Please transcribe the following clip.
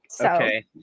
okay